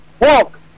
walk